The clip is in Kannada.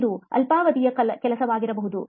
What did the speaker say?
ಇದು ಅಲ್ಪಾವಧಿಯ ಕೆಲಸವಾಗಬಹುದು